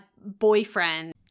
boyfriend